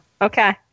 Okay